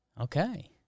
Okay